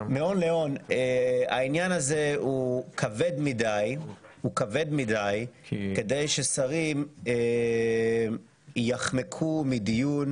העניין הזה הוא כבד מדי כדי ששרים יחמקו מדיון